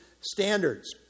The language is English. standards